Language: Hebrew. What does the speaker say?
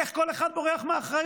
איך כל אחד בורח מאחריות.